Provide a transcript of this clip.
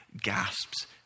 gasps